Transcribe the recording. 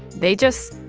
they just